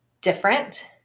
different